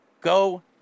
Go